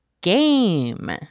GAME